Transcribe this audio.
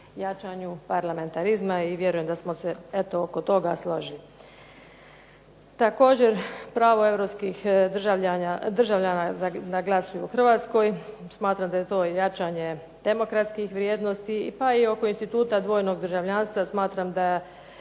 jačanju parlamentarizma i vjerujem da smo se oko toga složili. Također pravo europskih državljana da glasuju u Hrvatskoj, smatram da je to jačanje demokratskih vrijednosti pa i oko instituta dvojnog državljanstva smatram da su